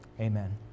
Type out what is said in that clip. Amen